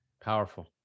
powerful